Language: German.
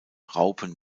raupen